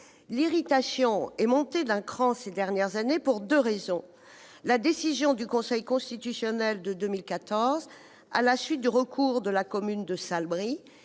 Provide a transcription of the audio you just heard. L'irritation est montée d'un cran ces dernières années pour deux motifs : la décision rendue par le Conseil constitutionnel en 2014 à la suite du recours de la commune de Salbris,